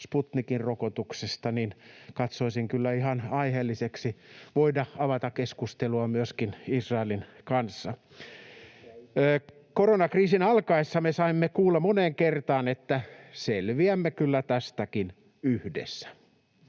Sputnik-rokotuksesta, niin katsoisin kyllä ihan aiheelliseksi voida avata keskustelua myöskin Israelin kanssa. Koronakriisin alkaessa me saimme kuulla moneen kertaan, että selviämme kyllä tästäkin yhdessä.